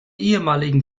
ehemaligen